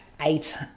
eight